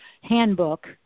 handbook